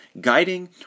guiding